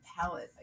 palette